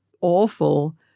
awful